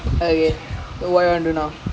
wait